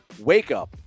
WAKEUP